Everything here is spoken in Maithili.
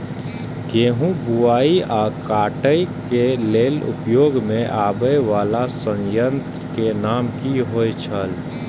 गेहूं बुआई आ काटय केय लेल उपयोग में आबेय वाला संयंत्र के नाम की होय छल?